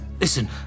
Listen